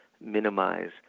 minimize